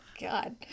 God